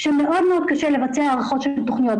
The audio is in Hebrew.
שמאוד קשה לבצע הערכות של תכניות,